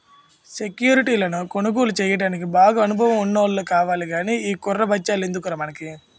సెక్యురిటీలను కొనుగోలు చెయ్యడానికి బాగా అనుభవం ఉన్నోల్లే కావాలి గానీ ఈ కుర్ర బచ్చాలెందుకురా మనకి